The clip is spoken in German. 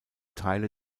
teile